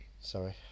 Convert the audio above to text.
Sorry